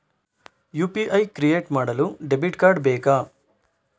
UPI create ಮಾಡಲು debit card ಬೇಕಾ?